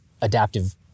adaptive